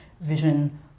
vision